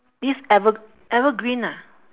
this ever~ evergreen ah